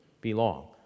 belong